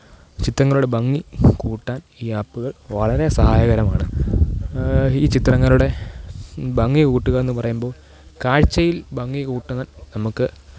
ചിത്രങ്ങളുടെ ഭംഗി കൂട്ടാൻ ഈ ആപ്പുകൾ വളരെ സഹായകരമാണ് ഈ ചിത്രങ്ങളുടെ ഭംഗി കൂട്ടുകയെന്നു പറയുമ്പോൾ കാഴ്ചയിൽ ഭംഗി കൂട്ടാൻ നമുക്ക്